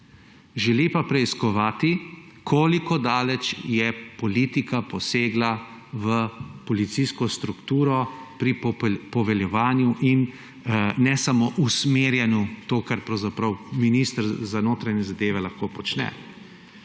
Želi pa preiskovati, koliko daleč je politika posegla v policijsko strukturo pri poveljevanju in ne samo usmerjanju; to, kar pravzaprav minister za notranje zadeve lahko počne.